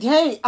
Hey